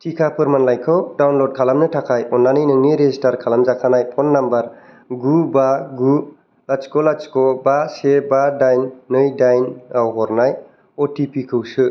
टिका फोरमानलाइखौ डाउनल'ड खालामनो थाखाय अन्नानै नोंनि रेजिस्टार खालामजाखानाय फ'न नम्बर गु बा गु लाथिख लाथिख बा से बा दाइन नै दाइनआव हरनाय अ टि पि खौ सो